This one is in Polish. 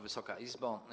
Wysoka Izbo!